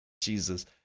Jesus